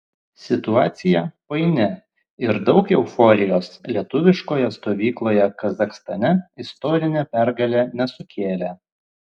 situacija paini ir daug euforijos lietuviškoje stovykloje kazachstane istorinė pergalė nesukėlė